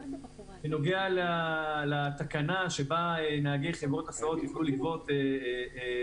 בנוגע לתקנה בה נהגי חברות הסעות יוכלו לגבות כסף.